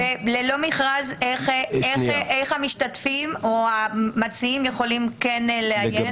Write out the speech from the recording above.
ללא מכרז איך המשתתפים או המציעים יכולים כן לעיין?